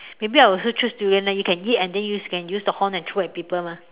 maybe I also choose durian leh you can eat and then you can use the horn and throw at people mah